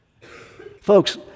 Folks